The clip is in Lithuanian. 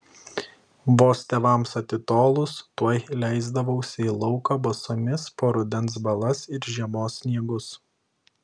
vos tėvams atitolus tuoj leisdavausi į lauką basomis po rudens balas ir žiemos sniegus